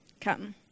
Come